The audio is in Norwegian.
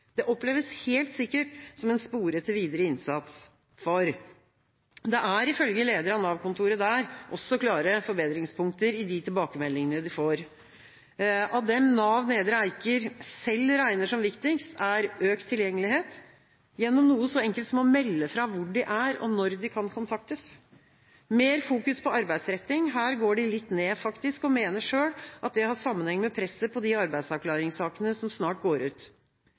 Det oppleves helt sikkert som en spore til videre innsats, for det er ifølge leder av Nav-kontoret der også klare forbedringspunkter i de tilbakemeldingene de får. Av dem Nav Nedre Eiker selv regner som viktigst, er økt tilgjengelighet – gjennom noe så enkelt som å melde fra hvor de er, og når de kan kontaktes – og mer fokus på arbeidsretting. Her går de litt ned, faktisk, og mener selv at det har sammenheng med presset på arbeidsavklaringssakene som snart går ut.